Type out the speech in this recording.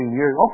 years